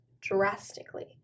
drastically